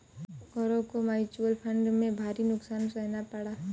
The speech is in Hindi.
गौरव को म्यूचुअल फंड में भारी नुकसान सहना पड़ा